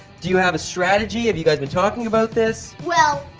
do you have a strategy? have you guys been talking about this? well,